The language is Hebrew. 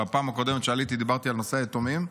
בפעם הקודמת שעליתי דיברתי על נושא היתומים,